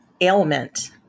ailment